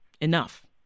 enough